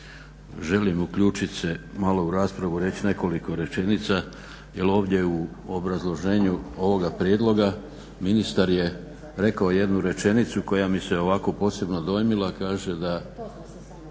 Želim uključit se malo u raspravu i reći nekoliko rečenica jel ovdje u obrazloženju ovoga prijedloga ministar je rekao jednu rečenicu koja mi se ovako posebno dojmila, kaže